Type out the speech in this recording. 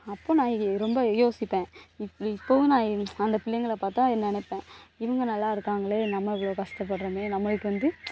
அப்போ நான் ரொம்ப யோசிப்பேன் இப் இப்பவும் நான் அந்த பிள்ளைங்களை பார்த்தா நினைப்பேன் இவங்க நல்லா இருக்காங்களே நம்ம இவ்வளோ கஷ்டப்படுகிறோமே நம்மளுக்கு வந்து